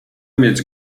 mieć